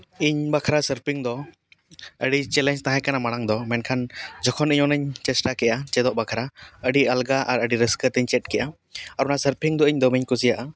ᱤᱧ ᱵᱟᱠᱷᱨᱟ ᱥᱟᱨᱯᱷᱤᱝ ᱫᱚ ᱟᱹᱰᱤ ᱪᱮᱞᱮᱧᱡ ᱛᱟᱦᱮᱸ ᱠᱟᱱᱟ ᱢᱟᱲᱟᱝ ᱫᱚ ᱢᱮᱱᱠᱷᱟᱱ ᱡᱚᱠᱷᱚᱱ ᱤᱧ ᱚᱱᱟᱹᱧ ᱪᱮᱥᱴᱟ ᱠᱮᱜᱼᱟ ᱪᱮᱫᱚᱜ ᱵᱟᱠᱷᱨᱟ ᱟᱹᱰᱤ ᱟᱞᱜᱟ ᱟᱨ ᱟᱹᱰᱤ ᱨᱟᱹᱥᱠᱟᱹ ᱛᱮᱧ ᱪᱮᱫ ᱠᱮᱜᱼᱟ ᱟᱨ ᱚᱱᱟ ᱥᱟᱨᱯᱷᱤᱝ ᱫᱚ ᱤᱧ ᱫᱚᱢᱮᱧ ᱠᱩᱥᱤᱭᱟᱜᱼᱟ